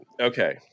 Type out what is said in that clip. Okay